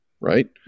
right